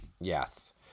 Yes